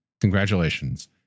congratulations